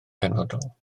penodol